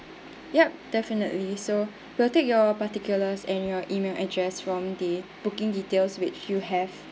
yup definitely so we'll take your particulars and your email address from the booking details which you have